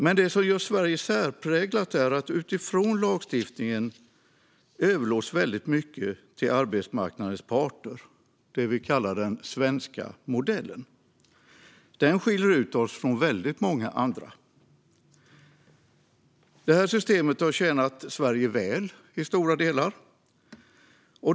Men det som gör Sverige särpräglat är att väldigt mycket utifrån lagstiftningen överlåts till arbetsmarknadens parter. Det är detta vi kallar den svenska modellen. Den skiljer oss från väldigt många andra länder. Detta system har tjänat Sverige väl i stora delar.